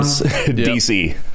dc